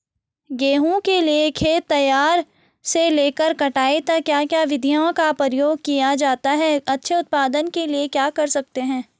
गेहूँ के लिए खेत तैयार से लेकर कटाई तक क्या क्या विधियों का प्रयोग किया जाता है अच्छे उत्पादन के लिए क्या कर सकते हैं?